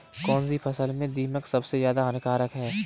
कौनसी फसल में दीमक सबसे ज्यादा हानिकारक है?